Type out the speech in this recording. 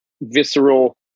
visceral